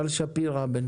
כל